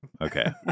okay